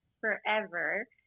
forever